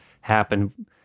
happen